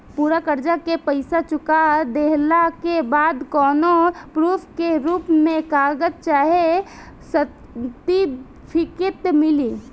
पूरा कर्जा के पईसा चुका देहला के बाद कौनो प्रूफ के रूप में कागज चाहे सर्टिफिकेट मिली?